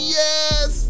yes